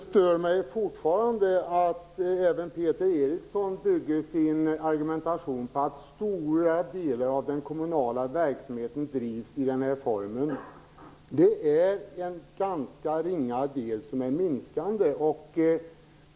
Fru talman! Det stör mig fortfarande att även Peter Eriksson bygger sin argumentation på att stora delar av den kommunala verksamheten bedrivs i bolagsform. Det är en ganska ringa del, och den är minskande.